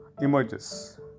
emerges